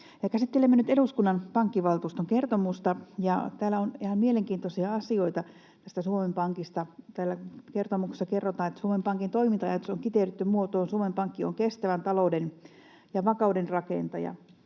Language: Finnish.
käsittelemme nyt eduskunnan pankkivaltuuston kertomusta, ja täällä on ihan mielenkiintoisia asioita tästä Suomen Pankista. Täällä kertomuksessa kerrotaan, että Suomen Pankin toiminta-ajatus on kiteytetty muotoon ”Suomen Pankki on kestävän talouden ja vakauden rakentaja”.